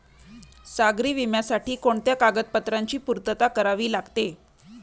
सागरी विम्यासाठी कोणत्या कागदपत्रांची पूर्तता करावी लागते?